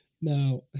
Now